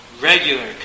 regular